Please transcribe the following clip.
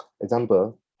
example